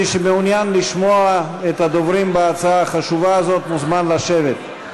מי שמעוניין לשמוע את הדוברים בהצעה החשובה הזאת מוזמן לשבת.